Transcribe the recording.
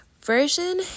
version